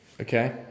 Okay